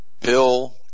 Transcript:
Bill